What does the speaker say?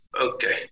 Okay